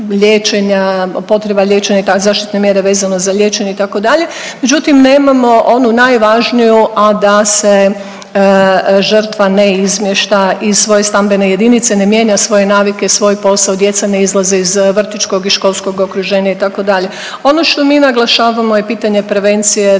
potreba liječenja i zaštitne mjere vezano za liječenja itd., međutim nemamo onu najvažniju a da se žrtva ne izmješta iz svoje stambene jedinice, ne mijenja svoje navike i svoj posao, djeca ne izlaze iz vrtićkog i školskog okruženja itd. Ono što mi naglašavamo je pitanje prevencije